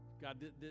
God